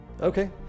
Okay